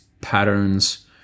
patterns